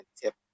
tip